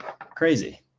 Crazy